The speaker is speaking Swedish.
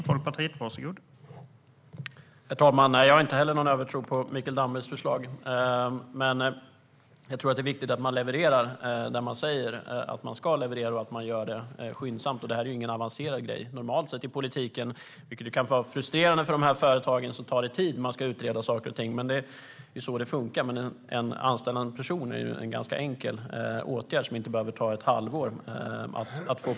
Herr talman! Jag har inte heller någon övertro på Mikael Dambergs förslag, men jag tror att det är viktigt att man levererar när man säger att man ska leverera och att man gör det skyndsamt. Detta är ingen avancerad grej. I politiken tar det normalt sett tid att utreda saker. Det kan vara frustrerande för de här företagen, men det är så det funkar. Att anställa en person är dock en ganska enkel åtgärd som inte behöver ta ett halvår att genomföra.